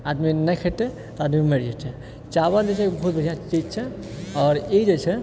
आदमी नहि खेतै तऽ आदमी मरि जेतै चावल जे छै बहुत बढ़िआँ चीज छै आओर ई जे छै